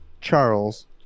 Charles